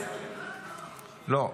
לא.